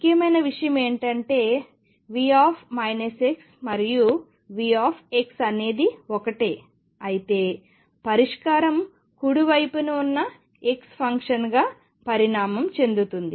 ముఖ్యమైన విషయం ఏమిటంటే V మరియు V అనేది ఒకటే అయితే పరిష్కారం కుడి వైపున ఉన్న x ఫంక్షన్గా పరిణామం చెందుతుంది